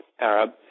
Arab